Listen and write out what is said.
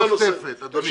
נקודה נוספת, אדוני.